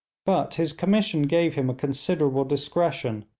but his commission gave him a considerable discretion,